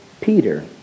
Peter